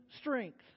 strength